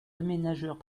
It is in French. aménageurs